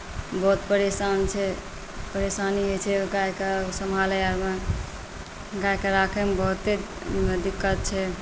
बहुत परेशानी होइत छै गाएके सम्भालै आओरमे गाएकेँ राखयमे बहुते दिक्कत छै